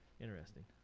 Interesting